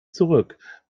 zurück